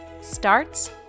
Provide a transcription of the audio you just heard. starts